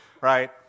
right